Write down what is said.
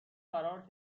فرار